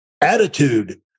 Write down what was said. attitude